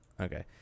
Okay